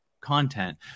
content